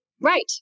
right